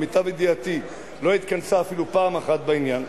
למיטב ידיעתי לא התכנסה אפילו פעם אחת בעניין,